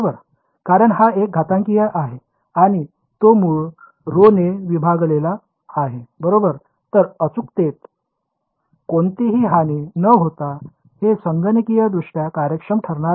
कारण हा एक घातांकीय आहे आणि तो मूळ ऱ्हो ने विभागलेला आहे बरोबर तर अचूकतेत कोणतीही हानी न होता हे संगणकीयदृष्ट्या कार्यक्षम ठरणार आहे